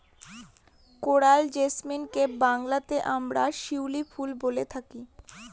coral জেসমিনকে বাংলাতে আমরা শিউলি ফুল বলে জানি